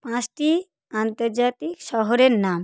পাঁচটি আন্তর্জাতিক শহরের নাম